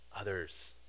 others